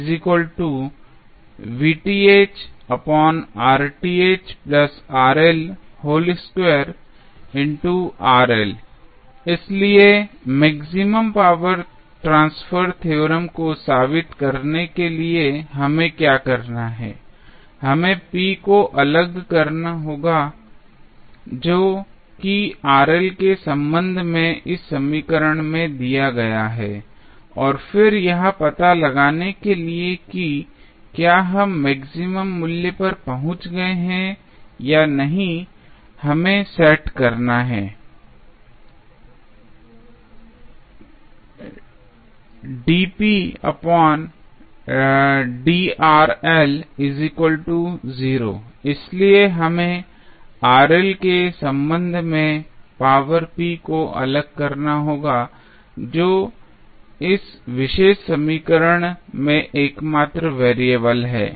इसलिए maximum power transfer theorem को साबित करने के लिए हमें क्या करना है हमें p को अलग करना होगा जो कि के संबंध में इस समीकरण में दिया गया है और फिर यह पता लगाने के लिए कि क्या हम मैक्सिमम मूल्य पर पहुंच गए हैं या नहीं हमें सेट करना है इसलिए हमें के संबंध में पावर p को अलग करना होगा जो इस विशेष समीकरण में एकमात्र वेरिएबल है